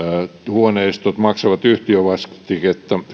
huoneistot maksavat yhtiövastiketta